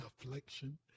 affliction